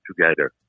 together